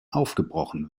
aufgebrochen